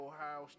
Ohio